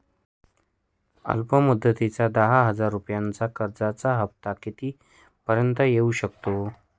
अल्प मुदतीच्या दहा हजार रुपयांच्या कर्जाचा हफ्ता किती पर्यंत येवू शकतो?